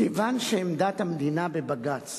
כיוון שעמדת המדינה בבג"ץ